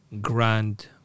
Grand